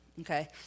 Okay